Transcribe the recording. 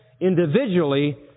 individually